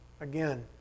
Again